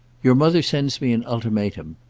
your mother sends me an ultimatum.